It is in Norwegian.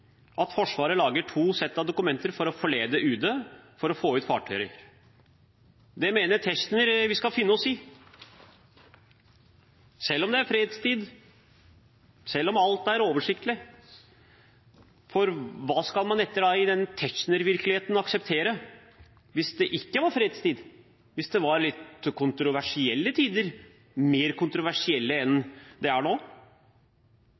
at Forsvaret lager to sett av dokumenter for å forlede UD for å få ut fartøyer. Det mener Tetzschner at vi skal finne oss i, selv om det er fredstid. Selv om alt er oversiktlig. Hva skulle man da akseptere i Tetzschner-virkeligheten hvis det ikke var fredstid, hvis det var litt kontroversielle tider – mer kontroversielle enn